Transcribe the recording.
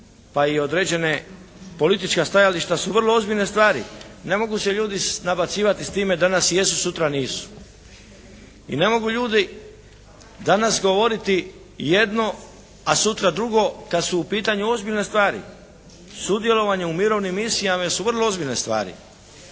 pa i određena politička stajališta su vrlo ozbiljne stvari. Ne mogu se ljudi nabacivati s time danas jesu, sutra nisu i ne mogu ljudi danas govoriti jedno, a sutra drugo kad su u pitanju ozbiljne stvari. Sudjelovanje u mirovnim misijama su vrlo ozbiljne stvari.